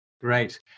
Great